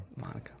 Monica